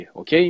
ok